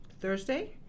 Thursday